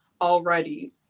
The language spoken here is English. already